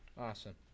Awesome